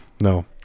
No